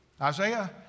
Isaiah